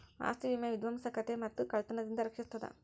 ಆಸ್ತಿ ವಿಮೆ ವಿಧ್ವಂಸಕತೆ ಮತ್ತ ಕಳ್ತನದಿಂದ ರಕ್ಷಿಸ್ತದ